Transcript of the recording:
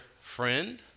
friend